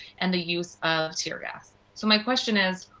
and the use of teargas. so, my question is,